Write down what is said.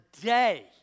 day